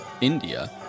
India